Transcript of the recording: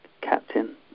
captain